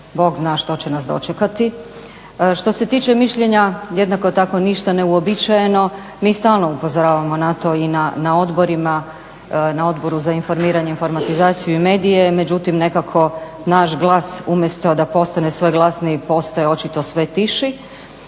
bog zna što će nas dočekati. Što se tiče mišljenja, jednako tako ništa neuobičajeno. Mi stalno upozoravamo na to i na odborima, na Odboru za informiranje, informatizaciju i medije. Međutim, nekako naš glas umjesto da postane sve glasniji postaje očito sve tiši,